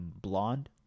Blonde